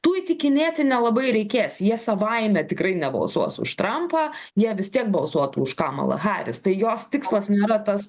tų įtikinėti nelabai reikės jie savaime tikrai nebalsuos už trampą jie vis tiek balsuotų už kamalą haris tai jos tikslas nėra tas